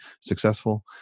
successful